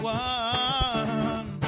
one